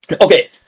Okay